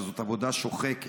שזאת עבודה שוחקת.